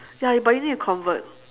ya but you need to convert